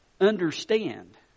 understand